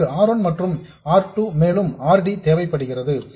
நமக்கு R 1 மற்றும் R 2 மேலும் R D தேவைப்படுகிறது